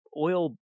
oil